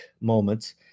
moments